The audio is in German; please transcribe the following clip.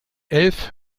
elf